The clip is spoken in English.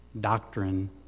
doctrine